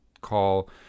call